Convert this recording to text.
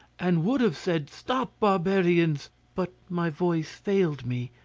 and would have said, stop, barbarians but my voice failed me,